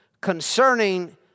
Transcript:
concerning